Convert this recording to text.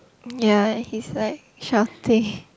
ya he's like shopping